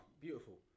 beautiful